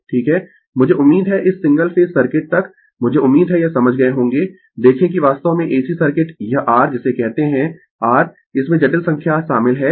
मुझे उम्मीद है इस सिंगल फेज सर्किट तक मुझे उम्मीद है यह समझ गए होंगें देखें कि वास्तव में AC सर्किट यह r जिसे कहते है r इसमें जटिल संख्या शामिल है